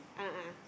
a'ah a'ah